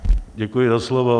Děkuji za slovo.